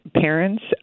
parents